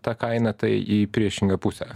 ta kaina tai į priešingą pusę